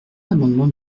l’amendement